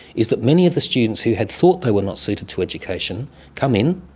is that many of the students who had thought they were not suited to education come in,